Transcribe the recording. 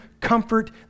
comfort